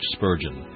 Spurgeon